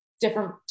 different